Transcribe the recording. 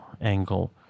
angle